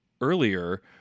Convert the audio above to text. earlier